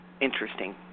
interesting